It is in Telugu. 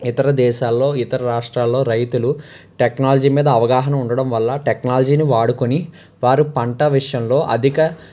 ఇతర దేశాల్లో ఇతర రాష్ట్రాల్లో రైతులు టెక్నాలజీ మీద అవగాహన ఉండడం వల్ల టెక్నాలజీని వాడుకొని వారు పంట విషయంలో అధిక